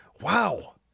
Wow